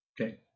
Okay